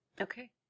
Okay